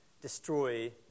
destroy